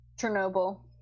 Chernobyl